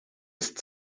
ist